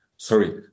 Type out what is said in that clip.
Sorry